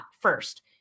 first